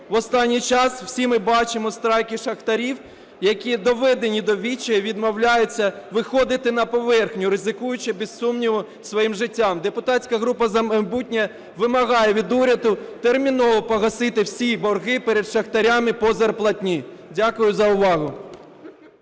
в останній час всі ми бачимо страйки шахтарів, які доведені до відчаю, відмовляються виходити на поверхню, ризикуючи, без сумніву, своїм життям. Депутатська група "За майбутнє" вимагає від уряду терміново погасити всі борги перед шахтарями по зарплатні. Дякую за увагу.